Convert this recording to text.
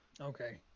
Okay